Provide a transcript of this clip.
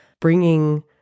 bringing